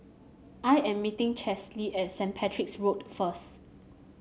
I am meeting Chesley at Saint Patrick's Road first